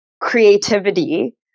creativity